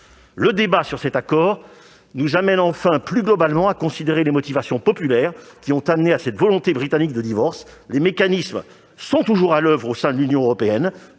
le débat sur cet accord nous amène plus globalement à considérer les motivations populaires qui ont amené à cette volonté britannique de divorce. Les mécanismes sont toujours à l'oeuvre au sein de l'Union européenne